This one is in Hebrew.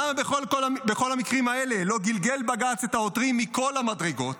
למה בכל המקרים האלה לא גלגל בג"ץ את העותרים מכל המדרגות